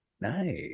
nice